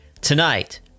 Tonight